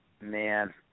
Man